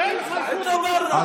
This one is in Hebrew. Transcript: אלמוג.